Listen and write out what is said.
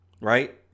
right